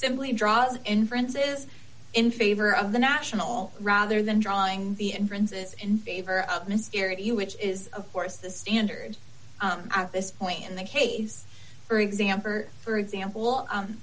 simply draw an inference is in favor of the national rather than drawing the entrances in favor of miscarriage you which is of course the standard at this point in the case for example for example